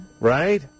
Right